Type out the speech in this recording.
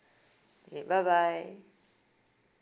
okay bye bye